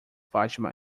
fatima